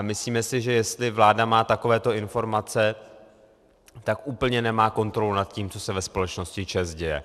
Myslíme si, že jestli vláda má takovéto informace, tak úplně nemá kontrolu nad tím, co se ve společnosti ČEZ děje.